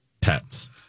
pets